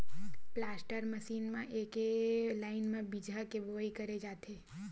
planter machine म एके line म बीजहा के बोवई करे जाथे